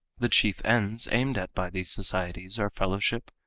the chief ends aimed at by these societies are fellowship,